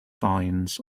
signs